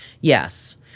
Yes